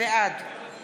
בעד